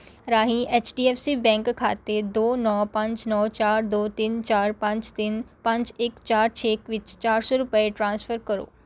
ਰਾਹੀਂ H D F C bank ਖਾਤੇ ਦੋ ਨੌਂ ਪੰਜ ਨੌਂ ਚਾਰ ਦੋ ਤਿੰਨ ਚਾਰ ਪੰਜ ਤਿੰਨ ਪੰਜ ਇੱਕ ਚਾਰ ਛੇ ਇੱਕ ਵਿੱਚ ਚਾਰ ਸੌ ਰੁਪਏ ਟ੍ਰਾਂਸਫਰ ਕਰੋ